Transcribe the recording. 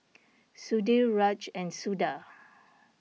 Sudhir Raj and Suda